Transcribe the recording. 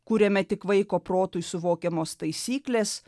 kuriame tik vaiko protui suvokiamos taisyklės